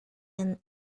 and